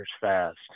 fast